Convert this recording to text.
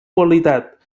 qualitat